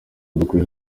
dukuye